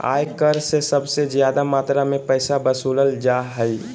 आय कर से सबसे ज्यादा मात्रा में पैसा वसूलल जा हइ